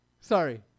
Sorry